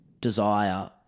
desire